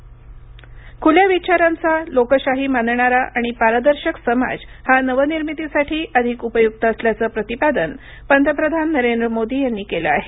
इडो Japan खुल्या विचारांचा लोकशाही मानणारा आणि पारदर्शक समाज हा नवनिर्मितीसाठी अधिक उपयुक्त असल्याचं प्रतिपादन पंतप्रधान नरेंद्र मोदी यांनी केलं आहे